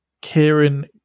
Kieran